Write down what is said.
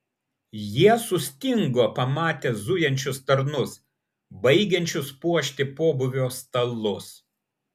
jie sustingo pamatę zujančius tarnus baigiančius puošti pobūvio stalus